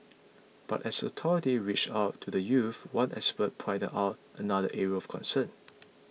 but as authority reach out to the youths one expert pointed out another area of concern